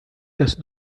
das